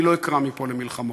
אני לא אקרא מפה למלחמות.